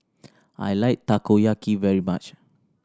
I like Takoyaki very much